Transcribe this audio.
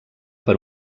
per